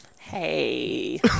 Hey